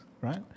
right